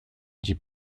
dit